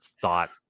thought